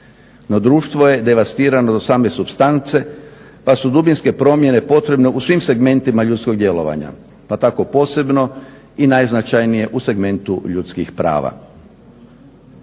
No društvo je devastirano do same supstance pa su dubinske promjene potrebne u svim segmentima ljudskog djelovanja pa tako posebno i najznačajnije u segmentu ljudskih prava.